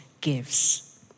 gives